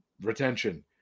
Retention